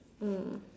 mm